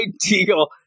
deal